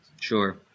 Sure